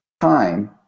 time